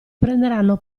prenderanno